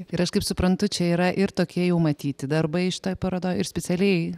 vyras kaip suprantu čia yra ir tokie jau matyti darbai šioje parodoje ir specialiai